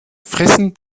fressen